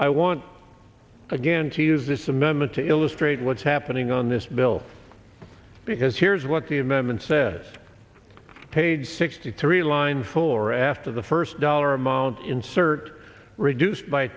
i want again to use this amendment to illustrate what's happening on this bill because here's what the amendment says page sixty three line four after the first dollar amount insert reduce by